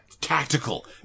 Tactical